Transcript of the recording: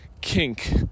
kink